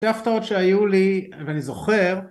שתי הפטרות שהיו לי ואני זוכר